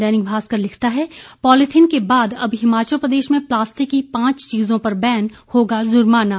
दैनिक भास्कर लिखता है पॉलीथिन के बाद अब हिमाचल प्रदेश में प्लास्टिक की पांच चीजों पर बैन होगा जुर्माना